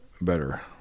better